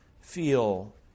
feel